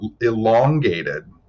elongated